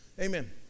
Amen